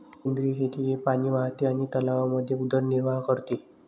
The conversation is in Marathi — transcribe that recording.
सेंद्रिय शेतीचे पाणी वाहते आणि तलावांमध्ये उदरनिर्वाह करते